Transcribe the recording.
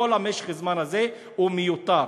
כל משך הזמן הזה הוא מיותר.